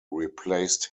replaced